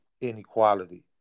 inequality